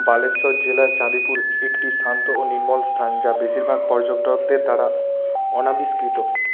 বালেশ্বর জেলার চাঁদিপুর একটি শান্ত ও নির্মল স্থান যা বেশিরভাগ পর্যটকদের দ্বারা অনাবিষ্কৃত